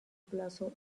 plazo